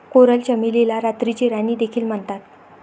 coral चमेलीला रात्रीची राणी देखील म्हणतात